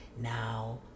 Now